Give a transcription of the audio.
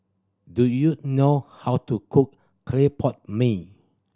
do you know how to cook clay pot mee